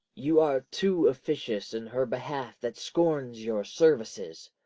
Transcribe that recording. you are too officious in her behalf that scorns your services.